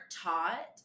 taught